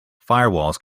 firewalls